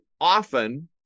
often